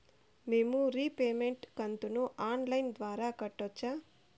మేము రీపేమెంట్ కంతును online ద్వారా కట్టొచ్చా